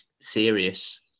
serious